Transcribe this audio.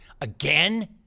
again